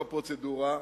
פחות בפרוצדורה,